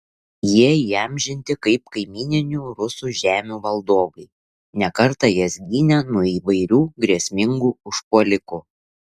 jie įamžinti kaip kaimyninių rusų žemių valdovai ne kartą jas gynę nuo įvairių grėsmingų užpuolikų